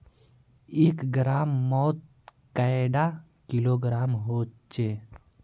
एक ग्राम मौत कैडा किलोग्राम होचे?